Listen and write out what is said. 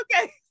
Okay